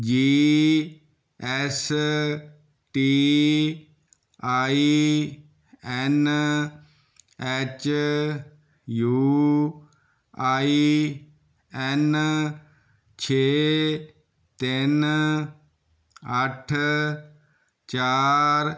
ਜੀ S T I N H U I N ਛੇ ਤਿੰਨ ਅੱਠ ਚਾਰ